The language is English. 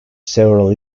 several